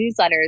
newsletters